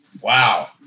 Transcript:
Wow